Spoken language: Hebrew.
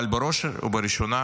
אבל בראש ובראשונה,